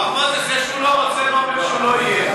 הרב מוזס, זה שהוא לא רוצה לא אומר שהוא לא יהיה.